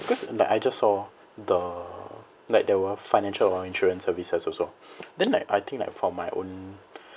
because like I just saw the like there were financial or insurance services also then like I think like from my own